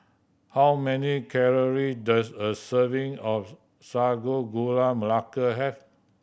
how many calorie does a serving of Sago Gula Melaka have